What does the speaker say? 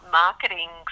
marketing